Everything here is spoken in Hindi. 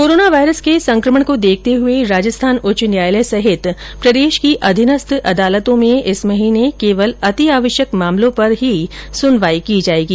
कोरोना वायरस के संक्रमण को देखते हुए राजस्थान हाईकोर्ट सहित प्रदेश की अधीनस्थ अदालतों में इस महीने केवल अतिआवश्यक मामलों पर ही सुनवाई की जाएगी